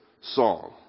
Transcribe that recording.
song